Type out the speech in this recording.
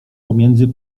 pomiędzy